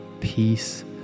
peace